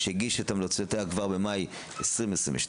שהגישה את המלצותיה כבר במאי 2022,